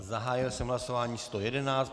Zahájil jsem hlasování 111.